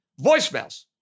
Voicemails